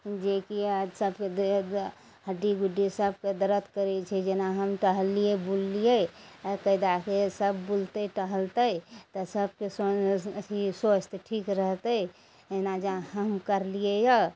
जेकि आज सबके देह हड्डी गुड्डी सबके दर्द करय छै जेना हम टहललियै बुललियै कायदासँ सब बुलतइ टहलतइ तऽ सबके स्व अथी स्वस्थ ठीक रहतइ जेना जे हम करलियै यऽ